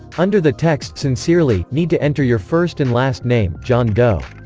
under the text sincerely, need to enter your first and last name john doe